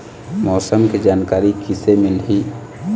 मौसम के जानकारी किसे मिलही?